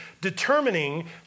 determining